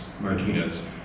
Martinez